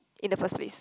in the first place